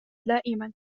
دائمًا